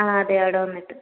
ആ അതെ അവിടെ വന്നിട്ട്